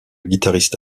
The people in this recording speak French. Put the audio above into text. guitariste